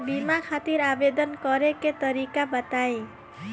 बीमा खातिर आवेदन करे के तरीका बताई?